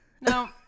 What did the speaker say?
No